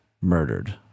murdered